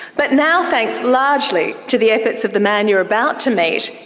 but now, thanks largely to the efforts of the man you are about to meet,